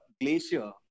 glacier